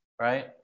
Right